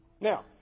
Now